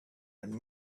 and